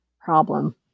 problem